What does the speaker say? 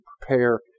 prepare